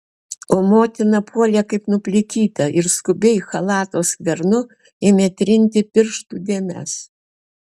o motina puolė kaip nuplikyta ir skubiai chalato skvernu ėmė trinti pirštų dėmes